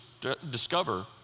discover